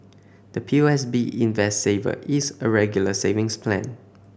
the P O S B Invest Saver is a Regular Savings Plan